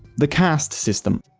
the caste system.